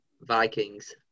Vikings